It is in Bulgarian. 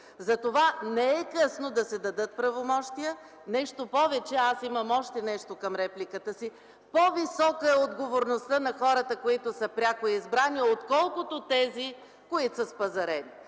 Затова не е късно да се дадат правомощия. Нещо повече, даже имам още нещо към репликата си – по-висока е отговорността на хората, които са пряко избрани, отколкото тези, които са спазарени.